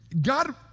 God